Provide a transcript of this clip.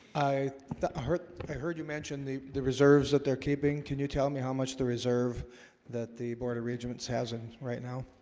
i heard i heard you mentioned the the reserves that they're keeping can you tell me how much the reserve that? the board of regents has it right now